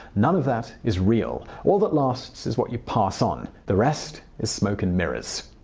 none of that is real. all that lasts is what you pass on. the rest is smoke and mirrors.